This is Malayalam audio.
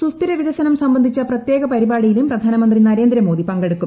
സുസ്ഥിര വികസനം സംബന്ധിച്ച പ്രത്യേക പരിപാടിയിലും പ്രധാനമന്ത്രി നരേന്ദ്രമോദി പങ്കെടുക്കും